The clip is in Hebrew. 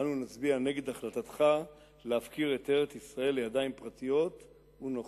אנו נצביע נגד החלטתך להפקיר את ארץ-ישראל לידיים פרטיות ונוכריות.